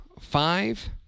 Five